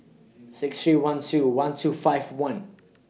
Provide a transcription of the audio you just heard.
six three one two one two five one